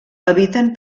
habiten